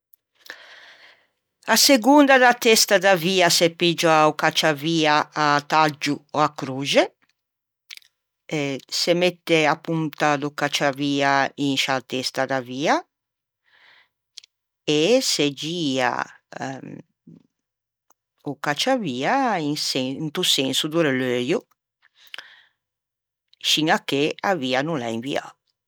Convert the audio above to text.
À segonda da testa da via se piggia o cacciavia à taggio ò a croxe, se mette o cacciavia in sciâ testa da via e se gia o cacciavia into senso do releiuo scin à che a via a no l'é inviâ.